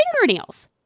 fingernails